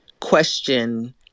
question